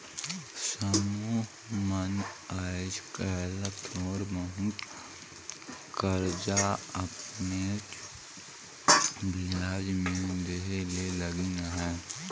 समुह मन आएज काएल थोर बहुत करजा अपनेच बियाज में देहे ले लगिन अहें